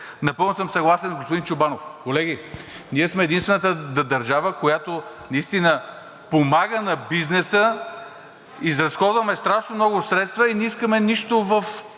Напълно съм съгласен с господин Чобанов. Колеги, ние сме единствената държава, която наистина помага на бизнеса, изразходваме страшно много средства и не искаме нищо,